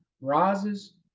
rises